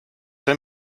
der